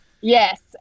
Yes